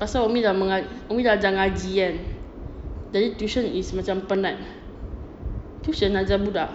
pasal umi dah mengajar umi dah ajar ngaji kan jadi tuition is macam penat tuition ajar budak